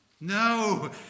No